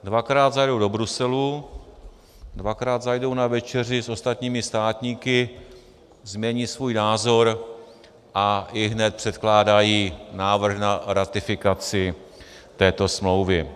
Dvakrát zajedou do Bruselu, dvakrát zajdou na večeři s ostatními státníky, změní svůj názor a ihned předkládají návrh na ratifikaci této smlouvy.